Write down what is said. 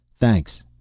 Thanks